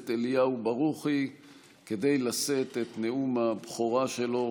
אליהו ברוכי לשאת את נאום הבכורה שלו.